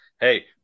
hey